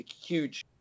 huge